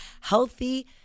healthy